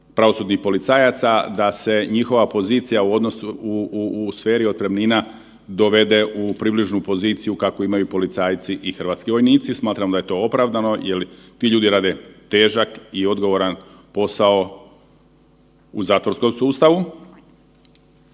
pravosudnih policajaca, da se njihova pozicija u sferi otpremnina dovede u približnu poziciju kakvu imaju policajci i hrvatski vojnici. Smatram da je to opravdano jel ti ljudi rade težak i odgovoran posao u zatvorskom sustavu.